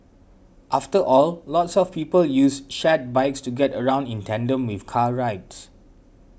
after all lots of people use shared bikes to get around in tandem with car rides